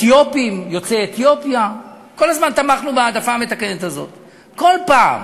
אתיופים, יוצאי אתיופיה, כל הזמן